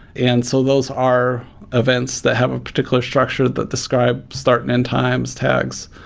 and so those are events that have a particular structure that describe start and end times, tags,